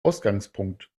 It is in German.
ausgangspunkt